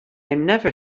never